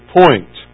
point